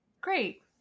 Great